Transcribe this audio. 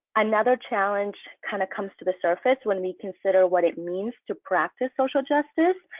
another challenge kind of comes to the surface when we consider what it means to practice social justice,